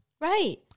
Right